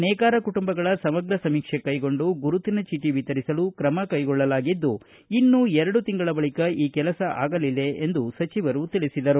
ನೇಕಾರ ಕುಟುಂಬಗಳ ಸಮಗ್ರ ಸಮೀಕ್ಷೆ ಕೈಗೊಂಡು ಗುರುಹಿನ ಜೀಟಿ ವಿತರಿಸಲು ತ್ರಮ ಕೈಗೊಳ್ಳಲಾಗಿದ್ದು ಇನ್ನು ಎರಡು ತಿಂಗಳ ಬಳಿಕ ಈ ಕೆಲಸ ಆಗಲಿದೆ ಎಂದು ಸಚಿವರು ತಿಳಿಸಿದರು